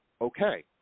okay